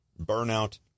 burnout